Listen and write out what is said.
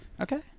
okay